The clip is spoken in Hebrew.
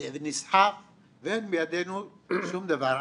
נסחף ואין בידינו שום דבר,